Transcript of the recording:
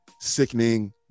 sickening